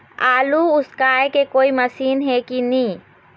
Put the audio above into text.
आलू उसकाय के कोई मशीन हे कि नी?